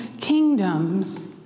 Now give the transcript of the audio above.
kingdoms